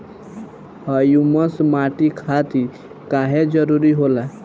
Humus माटी खातिर काहे जरूरी होला?